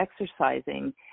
exercising